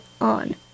on